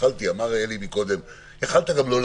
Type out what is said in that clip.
הנוסח שמופיע כאן גם עליי לא מקובל בצורה